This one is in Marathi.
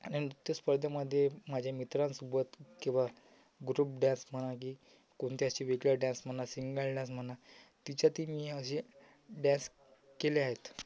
आणि नृत्यस्पर्धेमध्ये माझ्या मित्रांसोबत किंवा ग्रुप डॅन्स म्हणा गी कोणते असे वेगळा डॅन्स म्हणा सिंगल डॅन्स म्हणा तिच्यातही मी असे डॅन्स केले आहेत